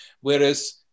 Whereas